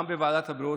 גם בוועדת הבריאות,